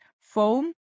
foam